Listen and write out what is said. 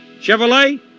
Chevrolet